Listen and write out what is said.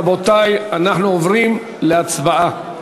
רבותי, אנחנו עוברים להצבעה.